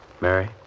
Mary